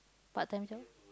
part-time job